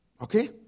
Okay